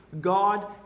God